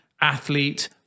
athlete